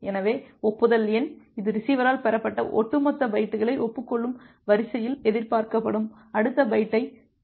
எனவே ஒப்புதல் எண் இது ரிசீவரால் பெறப்பட்ட ஒட்டுமொத்த பைட்டுகளை ஒப்புக் கொள்ளும் வரிசையில் எதிர்பார்க்கப்படும் அடுத்த பைட்டைக் கொண்டுள்ளது